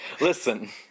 Listen